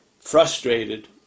frustrated